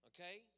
Okay